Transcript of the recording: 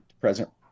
president